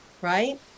right